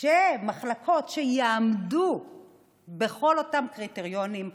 שמחלקות שיעמדו בכל אותם קריטריונים,